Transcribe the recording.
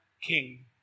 king